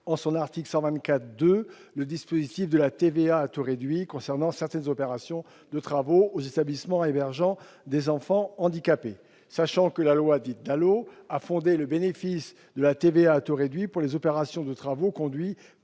124 paragraphe II, le dispositif de la TVA à taux réduit à certaines opérations de travaux aux établissements hébergeant des enfants handicapés. Par ailleurs, la loi dite DALO a fondé le bénéfice de la TVA à taux réduit pour les opérations de travaux conduits